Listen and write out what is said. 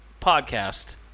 podcast